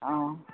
অঁ